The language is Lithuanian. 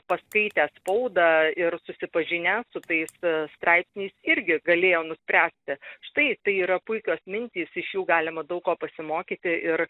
paskaitę spaudą ir susipažinę su tais straipsniais irgi galėjo nuspręsti štai tai yra puikios mintys iš jų galima daug ko pasimokyti ir